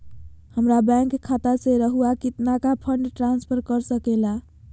हमरा बैंक खाता से रहुआ कितना का फंड ट्रांसफर कर सके ला?